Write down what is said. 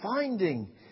finding